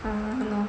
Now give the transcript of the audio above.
ah !hannor!